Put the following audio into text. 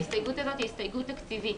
ההסתייגות הזו היא הסתייגות תקציבית.